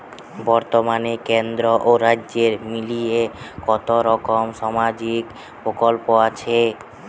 বতর্মানে কেন্দ্র ও রাজ্য মিলিয়ে কতরকম সামাজিক প্রকল্প আছে?